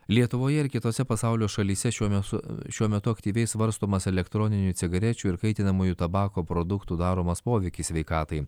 lietuvoje ir kitose pasaulio šalyse šiuo metu šiuo metu aktyviai svarstomas elektroninių cigarečių ir kaitinamųjų tabako produktų daromas poveikis sveikatai